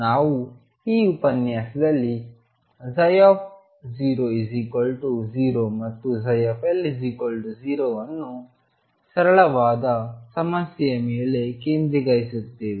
ನಾವು ಈ ಉಪನ್ಯಾಸದಲ್ಲಿ 00 ಮತ್ತು L0 ಅನ್ನು ಸರಳವಾದ ಸಮಸ್ಯೆಯ ಮೇಲೆ ಕೇಂದ್ರೀಕರಿಸುತ್ತೇವೆ